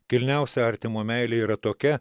kilniausia artimo meilė yra tokia